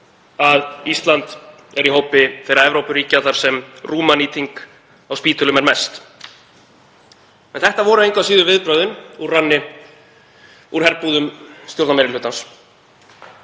að Ísland er í hópi þeirra Evrópuríkja þar sem rúmanýting á spítölum er mest. En þetta voru engu að síður viðbrögðin úr herbúðum stjórnarmeirihlutans.